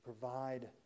provide